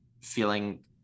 feeling